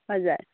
हजुर